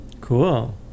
Cool